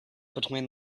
between